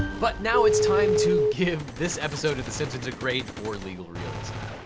but now it's time to give this episode of the simpsons a grade for legal realism.